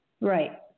Right